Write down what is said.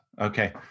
Okay